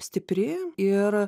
stipri ir